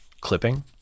clipping